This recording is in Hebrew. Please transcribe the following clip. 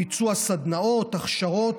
ביצוע סדנאות, הכשרות,